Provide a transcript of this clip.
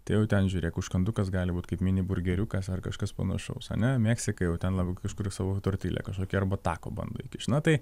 tai jau ten žiūrėk užkandukas gali būt kaip mini burgeriukas ar kažkas panašaus ar ne meksika jau ten kažkur savo tortile kažkokia arba tako bando įkišt na tai